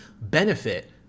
benefit